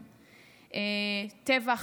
טבח,